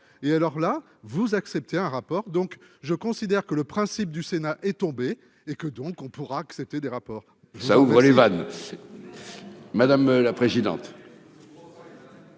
et alors là, vous acceptez un rapport donc je considère que le principe du Sénat est tombé et que donc on pourra que c'était des rapports. ça ouvre les vannes, madame la présidente.